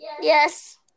Yes